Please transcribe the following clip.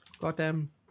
goddamn